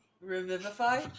Revivify